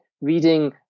reading